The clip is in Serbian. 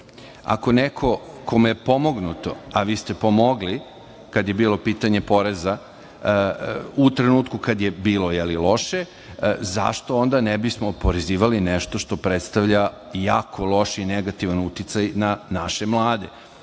ako neko kome je pomognuto, a vi ste pomogli kada je bilo pitanje poreza, u trenutku kada je bilo loše, zašto onda ne bismo oporezivali nešto što predstavlja jako loš i negativan uticaj na naše mlade. Kako